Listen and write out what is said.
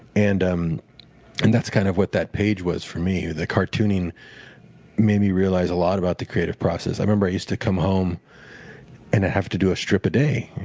and um and that's kind of what that page was for me. the cartooning made me realize a lot about the creative process. i remember i used to come home and i'd have to do a strip a day.